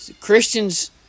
Christians